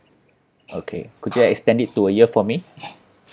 okay could you extend it to a year for me